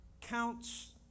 counts